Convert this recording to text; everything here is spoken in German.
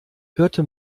hörte